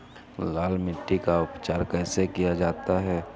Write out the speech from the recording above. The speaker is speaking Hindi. लाल मिट्टी का उपचार कैसे किया जाता है?